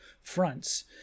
fronts